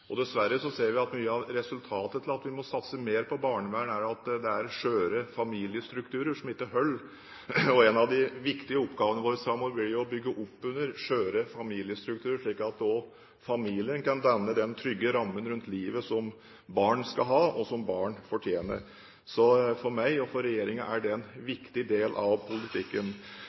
Dessverre ser vi at mye av grunnen til at vi må satse mer på barnevern, er at det er skjøre familiestrukturer som ikke holder. En av de viktige oppgavene våre framover blir jo å bygge opp under skjøre familiestrukturer, slik at også familien kan danne den trygge rammen rundt livet som barn skal ha, og som barn fortjener. Så for meg og for regjeringen er det en viktig del av politikken.